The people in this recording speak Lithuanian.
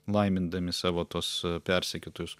laimindami savo tuos persekiotojus